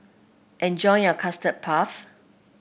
enjoy your Custard Puff